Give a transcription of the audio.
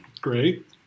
Great